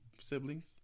siblings